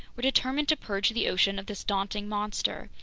were determined to purge the ocean of this daunting monster,